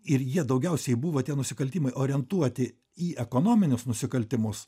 ir jie daugiausiai buvo tie nusikaltimai orientuoti į ekonominius nusikaltimus